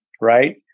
right